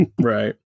right